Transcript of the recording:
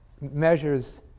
measures